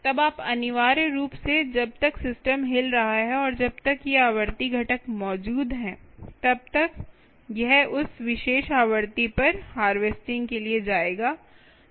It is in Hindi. तब आप अनिवार्य रूप से जब तक सिस्टम हिल रहा है और जब तक ये आवृत्ति घटक मौजूद हैं तब तक यह उस विशेष आवृत्ति पर हार्वेस्टिंग के लिए जाएगा